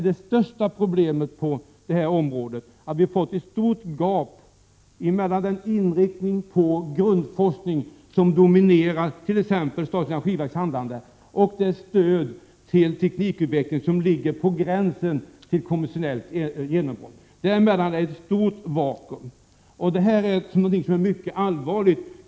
Det största problemet i dag på detta område är att det finns ett stort gap mellan den inriktning på grundforskning som dominerat t.ex. statens energiverks handlande och det stöd till teknikutvecklingen som ligger på gränsen till ett kommersiellt genombrott. Däremellan är det ett stort vakuum. Det är mycket allvarligt.